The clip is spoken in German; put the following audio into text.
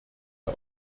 der